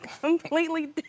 completely